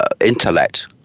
intellect